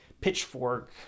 Pitchfork